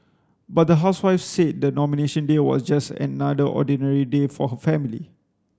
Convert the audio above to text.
but the housewife said the Nomination Day was just another ordinary day for her family